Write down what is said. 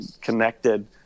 connected